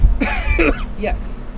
Yes